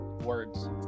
words